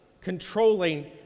controlling